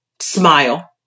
smile